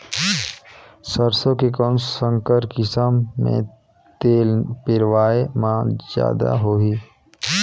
सरसो के कौन संकर किसम मे तेल पेरावाय म जादा होही?